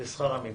לשכר המינימום.